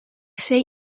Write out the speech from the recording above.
sei